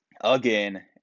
again